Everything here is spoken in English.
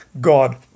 God